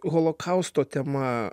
holokausto tema